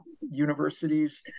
universities